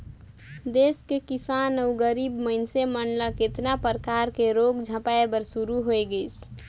देस के किसान अउ गरीब मइनसे मन ल केतना परकर के रोग झपाए बर शुरू होय गइसे